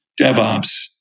DevOps